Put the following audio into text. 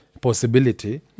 possibility